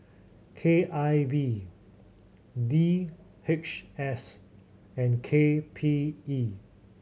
K I V D H S and K P E